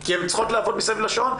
כי הן צריכות לעבוד מסביב לשעון,